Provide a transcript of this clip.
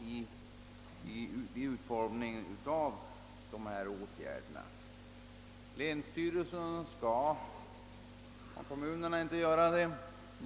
Länsstyrelserna skall besluta om sammanläggningsutredningar, om kommunerna inte gör det.